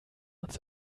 uns